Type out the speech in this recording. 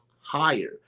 higher